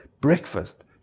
Breakfast